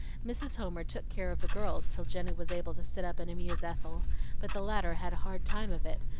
mrs. homer took care of the girls till jenny was able to sit up and amuse ethel but the latter had a hard time of it,